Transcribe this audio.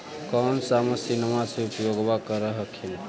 कौन सा मसिन्मा मे उपयोग्बा कर हखिन?